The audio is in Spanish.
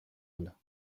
ala